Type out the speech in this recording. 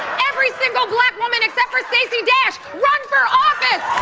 every single black woman except for stacey dash, run for office!